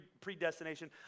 predestination